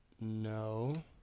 No